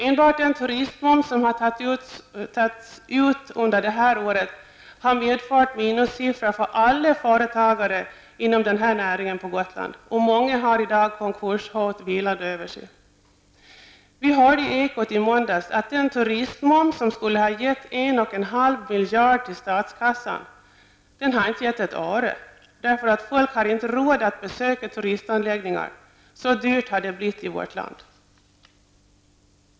Enbart den turistmoms som tagits ut under detta år har medfört minussiffror för alla företagare inom denna näring på Gotland, och många har konkurshot vilande över sig. Vi hörde i Ekot i måndags att den turistmoms som skulle givit 1,5 miljarder till statskassan icke givit ett öre, därför att folk har inte råd att besöka turistanläggningar, så dyrt som det blivit i vårt land.